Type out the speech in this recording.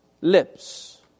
lips